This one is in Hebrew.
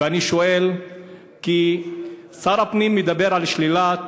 ואני שואל כי שר הפנים מדבר על שלילת